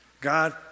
God